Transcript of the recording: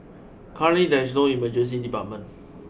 currently there is no emergency department